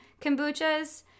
kombuchas